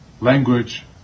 language